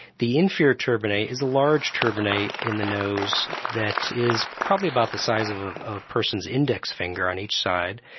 the inferior turbinate is a large turbinate turbinate in the nose that is probably about the size of a person's index finger on each side,